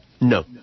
No